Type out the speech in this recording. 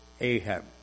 Ahab